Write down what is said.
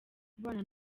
kubana